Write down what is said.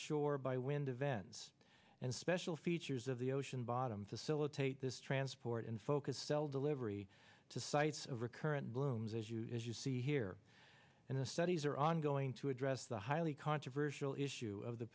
shore by wind events and special features of the ocean bottom facilitate this transport in focus cell delivery to sites of recurrent blooms as you as you see here and the studies are ongoing to address the highly controversial issue of the